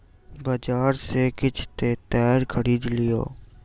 बजार सॅ किछ तेतैर खरीद लिअ